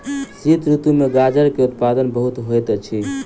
शीत ऋतू में गाजर के उत्पादन बहुत होइत अछि